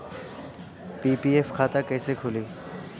PPF खाता कैसे खुली?